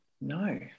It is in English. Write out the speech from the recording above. No